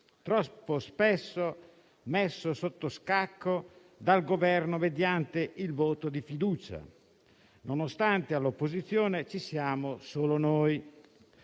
troppo spesso messo sotto scacco dal Governo mediante il voto di fiducia, nonostante all'opposizione ci siamo solo noi.